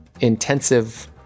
intensive